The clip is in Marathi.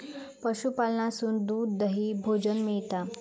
पशूपालनासून दूध, दही, भोजन मिळता